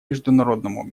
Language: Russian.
международному